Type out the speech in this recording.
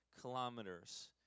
kilometers